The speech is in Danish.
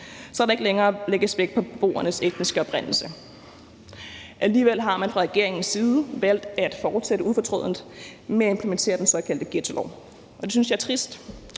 så der ikke længere lægges vægt på beboernes etniske oprindelse. Alligevel har man fra regeringens side valgt at fortsætte ufortrødent med at implementere den såkaldte ghettolov. Det synes jeg er trist,